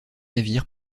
navire